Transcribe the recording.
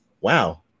wow